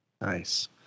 nice